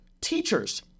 teachers